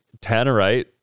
tannerite